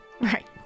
Right